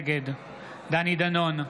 נגד דני דנון,